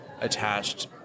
attached